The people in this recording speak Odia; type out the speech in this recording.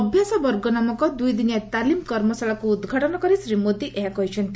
ଅଭ୍ୟାସବର୍ଗ ନାମକ ଦୁଇ ଦିନିଆ ତାଲିମ୍ କର୍ମଶାଳାକୁ ଉଦ୍ଘାଟନ କରି ଶ୍ରୀ ମୋଦୀ ଏହା କହିଛନ୍ତି